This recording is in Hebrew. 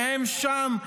והם שם,